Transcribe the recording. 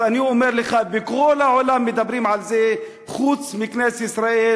אז אני אומר לך: בכל העולם מדברים על זה חוץ מבכנסת ישראל.